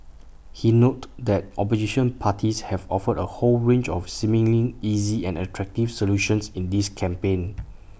he noted that opposition parties have offered A whole range of seemingly easy and attractive solutions in this campaign